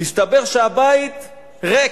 הסתבר שהבית ריק.